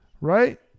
Right